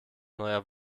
neuer